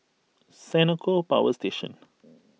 Senoko Power Station